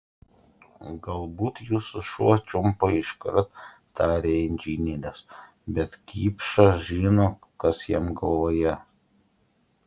galbūt jūsų šuo čiumpa iškart tarė inžinierius bet kipšas žino kas jam galvoje